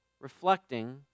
reflecting